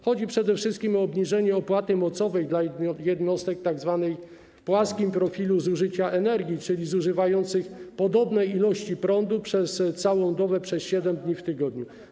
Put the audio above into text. Chodzi przede wszystkim o obniżenie opłaty mocowej dla jednostek o tzw. płaskim profilu zużycia energii, czyli zużywających podobne ilości prądu przez całą dobę przez 7 dni w tygodniu.